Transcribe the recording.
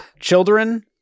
children